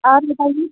और बताइए